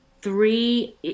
three